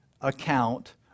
account